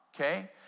okay